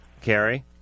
Carrie